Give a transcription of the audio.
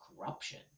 corruption